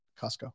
Costco